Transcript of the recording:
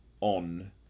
on